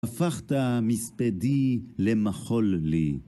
הפכת מספדי למחול לי.